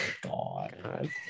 God